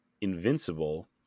Invincible